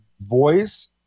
voice